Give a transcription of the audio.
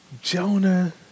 Jonah